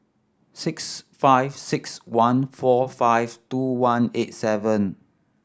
six five six one four five two one eight seven